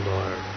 Lord